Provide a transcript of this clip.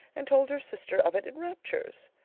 and told her sister of it in raptures.